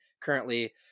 currently